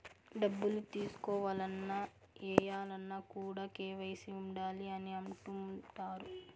డబ్బులు తీసుకోవాలన్న, ఏయాలన్న కూడా కేవైసీ ఉండాలి అని అంటుంటారు